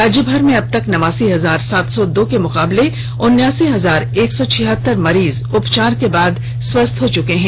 राज्यभर में अबतक नवासी हजार सात सौ दो के मुकाबले उन्यासी हजार एक सौ छिहतर मरीज उपचार के बाद स्वस्थ हो चुके हैं